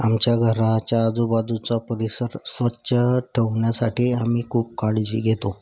आमच्या घराच्या आजूबाजूचा परिसर स्वच्छ ठेवण्यासाठी आम्ही खूप काळजी घेतो